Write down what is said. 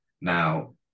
now